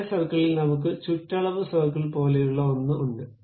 അതേ സർക്കിളിൽ നമുക്ക് ചുറ്റളവ് സർക്കിൾ പോലെയുള്ള ഒന്ന് ഉണ്ട്